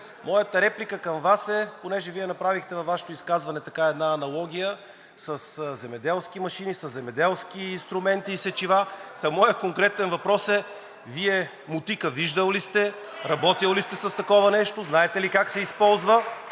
моята реплика е към Вас. Понеже Вие направихте изказване и така една аналогия със земеделски машини, земеделски инструменти и сечива, моят конкретен въпрос е: първо, Вие мотика виждал ли сте, работил ли сте с такова нещо и знаете ли как се използва?